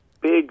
big